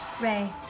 Ray